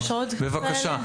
בבקשה.